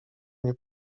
nie